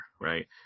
right